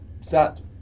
sat